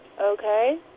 Okay